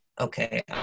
Okay